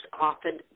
often